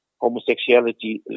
homosexuality